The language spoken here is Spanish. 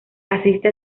asiste